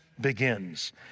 begins